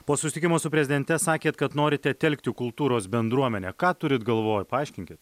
po susitikimo su prezidente sakėt kad norite telkti kultūros bendruomenę ką turit galvoj paaiškinkit